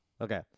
Okay